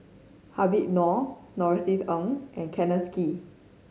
Habib Noh Norothy Ng and Kenneth Kee